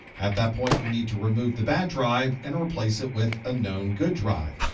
at that point, you'll need to reboot the bad drive and replace it with a known good drive.